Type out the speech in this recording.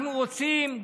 אנחנו רוצים.